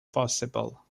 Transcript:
possible